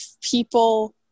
people